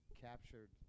captured